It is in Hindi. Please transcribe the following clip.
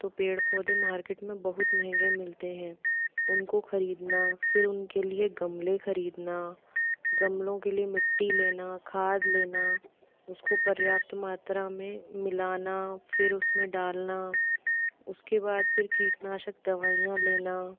तो पेड़ पौधे मार्केट में बहुत महंगे मिलते हैं उनको खरीदना फिर उनके लिए गमले खरीदना गमलों के लिए मिट्टी लेना खाद लेना उसको पर्याप्त मात्रा में मिलाना फिर उसमें डालना उसके बाद फिर कीटनाशक दवाइयाँ लेना